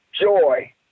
joy